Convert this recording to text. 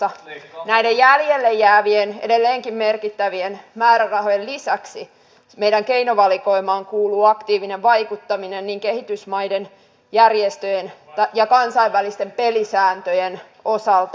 näiden jäljelle jäävien edelleenkin merkittävien määrärahojen lisäksi meidän keinovalikoimaan kuuluu aktiivinen vaikuttaminen niin kehitysmaiden järjestöjen kuin kansainvälisten pelisääntöjen osalta